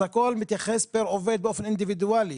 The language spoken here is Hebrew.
אז הכל מתייחס עבור עובד ועובד באופן אינדיבידואלי.